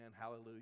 hallelujah